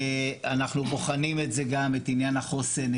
אנחנו בוחנים את זה גם את עניין החוסן,